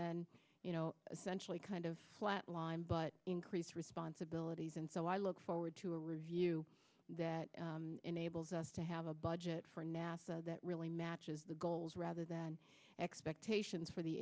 then you know essentially kind of flat line but increased responsibilities and so i look forward to a review that enables us to have a budget for nasa that really matches the goals rather than expectations for the